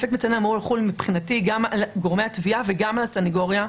אפקט מצנן אמור לחול מבחינתי גם על גורמי התביעה וגם על הסנגוריה.